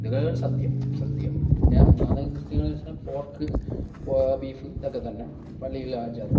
ഹിന്ദുക്കളേ സദ്യ സദ്യ പിന്നെ ക്രിസ്ത്യാനികളെ കേസാണ് പോർക്ക് ഇപ്പോൾ ബീഫ് ഇതൊക്കെത്തന്നെ പള്ളിയിലെ ആചാരം